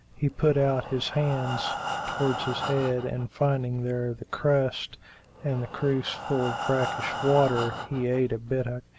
he put out his hand towards his head and finding there the crust and the cruse full of brackish water he ate a bittock,